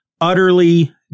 utterly